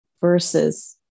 versus